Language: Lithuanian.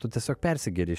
tu tiesiog persigeri